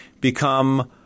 become